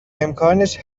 امکانش